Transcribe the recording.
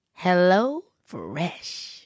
HelloFresh